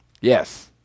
Yes